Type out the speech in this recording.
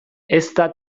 ezta